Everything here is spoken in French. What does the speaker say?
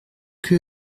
que